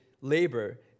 labor